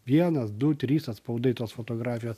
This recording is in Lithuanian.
vienas du trys atspaudai tos fotografijos